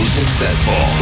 successful